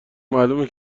معلومه